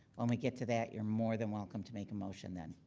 when we get to that you're more than welcome to make a motion then.